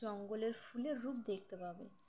জঙ্গলের ফুলের রূপ দেখতে পাবে